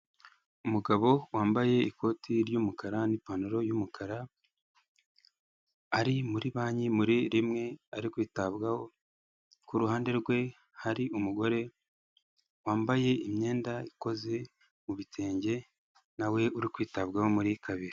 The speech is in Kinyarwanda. Umugabo wambaye ikoti ry'umukara n'ipantaro y'umukara, ari muri banki, muri rimwe, ari kwitabwaho, ku ruhande rwe hari umugore wambaye imyenda ikoze mu bitenge, na we uri kwitabwaho muri kabiri.